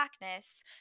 blackness